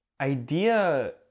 idea